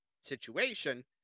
situation